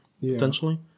potentially